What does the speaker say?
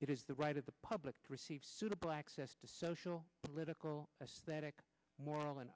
it is the right of the public to receive suitable access to social political a static moral and